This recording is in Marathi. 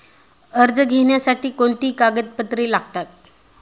कर्ज घेण्यासाठी कोणती कागदपत्रे लागतात?